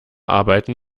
arbeiten